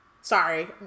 sorry